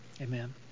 Amen